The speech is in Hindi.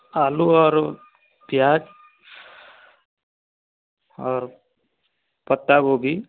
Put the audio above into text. आलू और प्याज और पत्ता गोभी